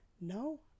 No